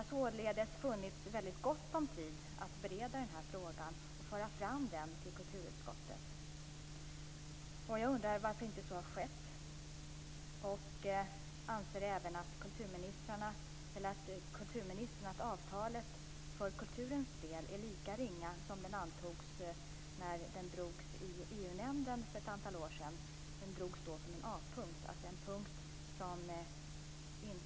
Det har således funnits väldigt gott om tid att bereda frågan och föra fram den till kulturutskottet. Jag undrar varför så inte har skett och anser även att avtalet för kulturens del är lika ringa som det antogs vara när det drogs i EU-nämnden för ett antal år sedan. Det drogs då som en A-punkt, en punkt som inte är kontroversiell.